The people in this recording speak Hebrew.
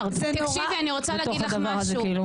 --- תקשיבי אני רוצה להגיד לך משהו,